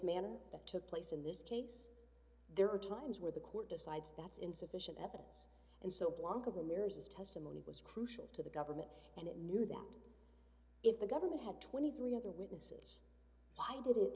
manner that took place in this case there are times where the court decides that's insufficient evidence and so blanca ramirez's testimony was crucial to the government and it knew that if the government had twenty three other witnesses i did it